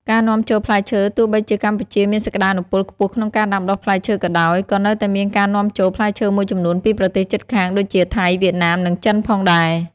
ការនាំចូលផ្លែឈើទោះបីជាកម្ពុជាមានសក្តានុពលខ្ពស់ក្នុងការដាំដុះផ្លែឈើក៏ដោយ ក៏នៅមានការនាំចូលផ្លែឈើមួយចំនួនពីប្រទេសជិតខាងដូចជា ថៃ វៀតណាម និង ចិន ផងដែរ។